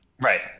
right